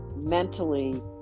mentally